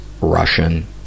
Russian